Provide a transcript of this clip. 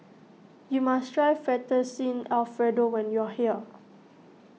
you must try Fettuccine Alfredo when you are here